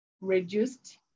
reduced